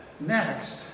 Next